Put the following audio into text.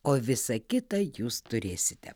o visa kita jūs turėsite